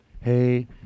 Hey